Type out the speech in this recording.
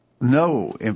No